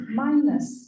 minus